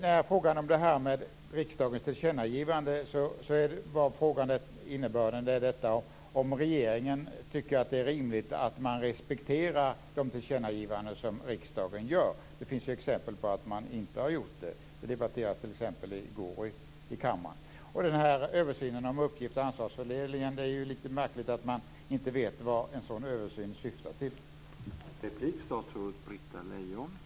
När jag frågade om detta med riksdagens tillkännagivande var innebörden om regeringen tycker att det är rimligt att man respekterar de tillkännagivanden som riksdagen gör. Det finns ju exempel på att man inte har gjort det. Det debatterades t.ex. i går i kammaren. Det är ju lite märkligt att man inte vet vad den här översynen av uppgifts och ansvarsfördelningen syftar till.